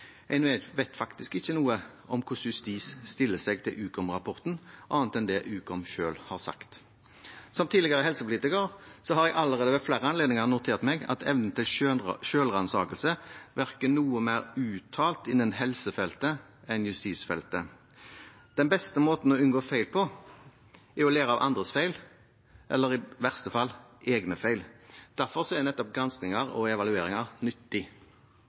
vet faktisk ikke noe om hvordan justissektoren stiller seg til Ukom-rapporten annet enn det Ukom selv har sagt. Som tidligere helsepolitiker har jeg allerede ved flere anledninger notert meg at evnen til selvransakelse virker noe mer uttalt innen helsefeltet enn justisfeltet. Den beste måten å unngå feil på er å lære av andres feil eller i verste fall av egne feil. Derfor er nettopp granskinger og evalueringer nyttig.